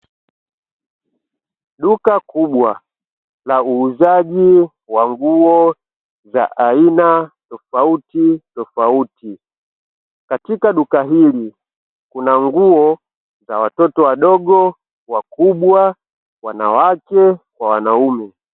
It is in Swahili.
Duka kubwa la uuzaji wa nguo za aina tofautitofaut, katika duka hili kuna nguo za watoto, wadogo, wakubwa, wanawake kwa wanaume.